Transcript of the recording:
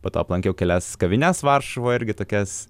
po to aplankiau kelias kavines varšuvoj irgi tokias